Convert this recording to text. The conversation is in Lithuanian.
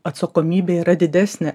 atsakomybė yra didesnė